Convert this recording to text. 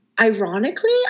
ironically